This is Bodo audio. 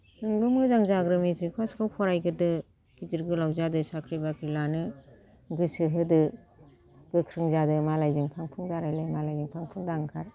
नोंल' मोजां जाग्रो मेट्रिक फासखौ फरायग्रोदो गिदिर गोलाव जादो साख्रि बाख्रि लानो गोसो होदो गोख्रों जादो मालायजों फां फुं दारायलाय मालायनि फां फुं दा ओंखार